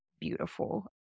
beautiful